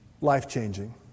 life-changing